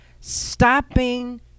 stopping